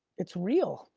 it's real.